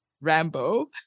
Rambo